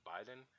Biden